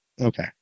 Okay